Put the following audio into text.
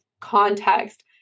context